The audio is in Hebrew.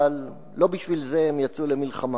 אבל לא בשביל זה הם יצאו למלחמה.